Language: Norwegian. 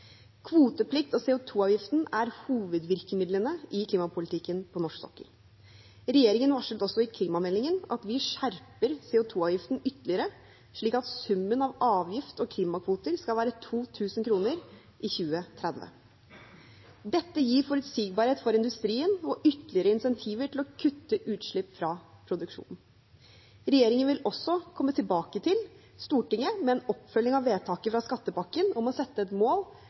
Kvoteplikt og CO 2 -avgift er hovedvirkemidlene i klimapolitikken på norsk sokkel. Regjeringen varslet også i klimameldingen at vi skjerper CO 2 -avgiften ytterligere, slik at summen av avgift og klimakvoter skal være 2 000 kr i 2030. Dette gir forutsigbarhet for industrien og ytterligere insentiver til å kutte utslipp fra produksjonen. Regjeringen vil også komme tilbake til Stortinget med en oppfølging av vedtaket via skattepakken om å sette et mål